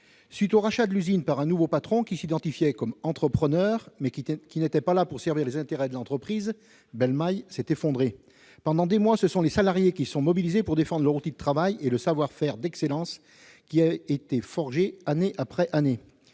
suite du rachat de l'usine par un nouveau patron, qui s'identifiait comme entrepreneur, mais qui n'était pas là pour servir les intérêts de l'entreprise, Bel Maille s'est effondrée. Pendant des mois, ce sont les salariés qui se sont mobilisés pour défendre leur outil de travail et le savoir-faire d'excellence qui a été forgé année après année.